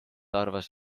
arvas